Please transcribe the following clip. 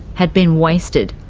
had been wasted.